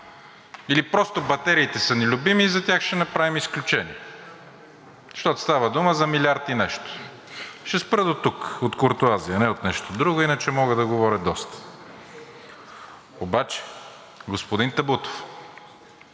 или просто батериите са ни любими и за тях ще направим изключение, защото става дума за един милиард и нещо. Ще спра дотук от куртоазия, а не от нещо друго, а иначе мога да говоря доста. Обаче, господин Табутов,